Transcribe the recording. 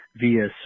via